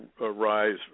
rise